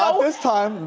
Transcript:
um this time.